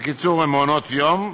בקיצור, הם מעונות-יום.